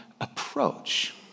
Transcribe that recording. approach